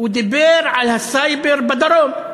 הוא דיבר על הסייבר בדרום,